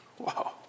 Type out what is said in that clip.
Wow